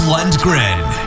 Lundgren